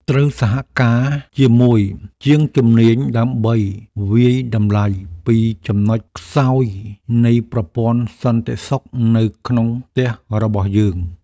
ត្រូវសហការជាមួយជាងជំនាញដើម្បីវាយតម្លៃពីចំណុចខ្សោយនៃប្រព័ន្ធសន្តិសុខនៅក្នុងផ្ទះរបស់យើង។